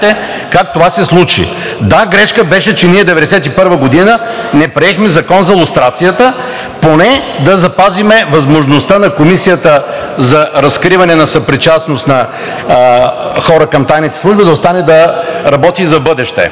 как това се случи. Да, грешка беше, че ние 1991 г. не приехме Закона за лустрацията. Поне да запазим възможността на Комисията за разкриване на съпричастност на хора към тайните служби да остане да работи и в бъдеще.